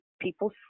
People